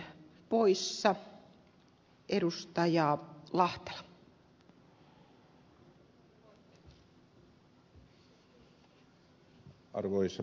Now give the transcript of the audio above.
arvoisa puhemies